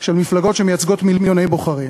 של מפלגות שמייצגות מיליוני בוחרים.